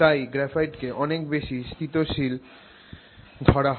তাই গ্রাফাইটকে অনেক বেশি স্থিতিশীল ধরা হয়